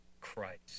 Christ